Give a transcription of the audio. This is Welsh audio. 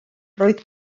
roedd